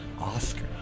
Oscar